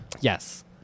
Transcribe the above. Yes